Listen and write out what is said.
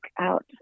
out